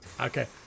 Okay